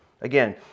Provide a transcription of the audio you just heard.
Again